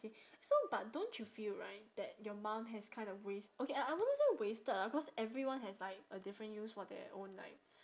so but don't you feel right that your mum has kind of waste okay I I wouldn't say wasted ah cause everyone has like a different use for their own like